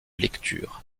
lecture